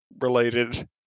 related